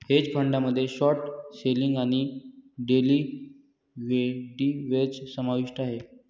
hedge फंडामध्ये short selling आणि derivatives समाविष्ट आहेत